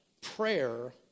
prayer